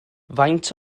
faint